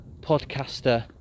podcaster